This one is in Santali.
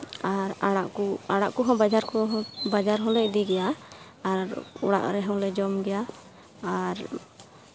ᱟᱨ ᱟᱲᱟᱜ ᱠᱚ ᱟᱲᱟᱜ ᱠᱚᱦᱚᱸ ᱵᱟᱡᱟᱨ ᱠᱚᱦᱚᱸ ᱵᱟᱡᱟᱨ ᱦᱚᱸᱞᱮ ᱤᱫᱤ ᱜᱮᱭᱟ ᱟᱨ ᱚᱲᱟᱜ ᱨᱮᱦᱚᱸᱞᱮ ᱚᱢ ᱜᱮᱭᱟ ᱟᱨ